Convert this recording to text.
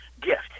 gift